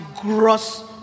gross